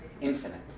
infinite